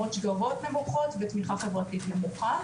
המון שגרות נמוכות ותמיכה חברתית נמוכה.